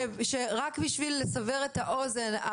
רק בשביל לסבר את האוזן,